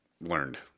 learned